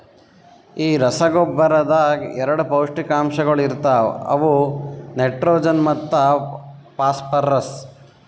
ಈ ರಸಗೊಬ್ಬರದಾಗ್ ಎರಡ ಪೌಷ್ಟಿಕಾಂಶಗೊಳ ಇರ್ತಾವ ಅವು ನೈಟ್ರೋಜನ್ ಮತ್ತ ಫಾಸ್ಫರ್ರಸ್